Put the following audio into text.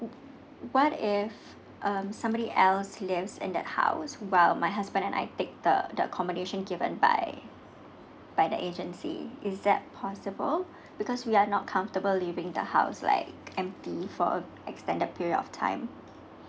what if um somebody else lives in the house while my husband and I take the the accommodation given by by the agency is that possible because we are not comfortable living the house like empty for extended period of time